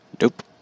Nope